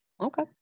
Okay